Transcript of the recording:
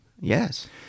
Yes